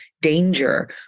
danger